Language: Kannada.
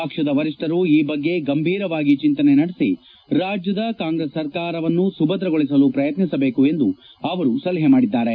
ಪಕ್ಷದ ವರಿಷ್ಠರು ಈ ಬಗ್ಗೆ ಗಂಭೀರವಾಗಿ ಚಿಂತನೆ ನಡೆಸಿ ರಾಜ್ಯದ ಕಾಂಗ್ರೆಸ್ ಸರ್ಕಾರವನ್ನು ಸುಭದ್ರಗೊಳಿಸಲು ಪ್ರಯತ್ನಿಸಬೇಕು ಎಂದು ಅವರು ಸಲಹೆ ಮಾಡಿದ್ದಾರೆ